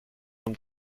vom